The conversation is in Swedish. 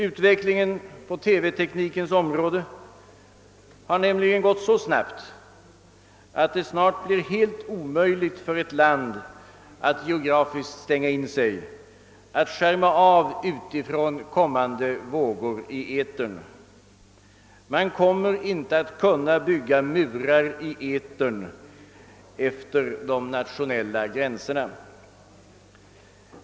Utvecklingen på teleteknikens område har nämligen gått så snabbt, att det snart blir helt omöjligt för ett land att geografiskt stänga in sig, att skärma av utifrån kommande vågor i etern. Man kommer inte att kunna bygga murar i etern efter de nationella gränserna.